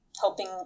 helping